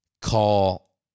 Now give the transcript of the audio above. call